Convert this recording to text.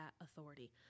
authority